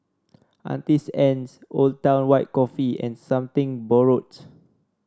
Auntie's Anne's Old Town White Coffee and Something Borrowed